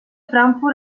frankfurt